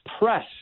press